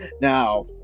Now